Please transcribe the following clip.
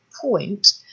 point